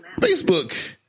Facebook